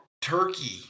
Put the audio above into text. turkey